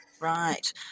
Right